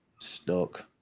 stuck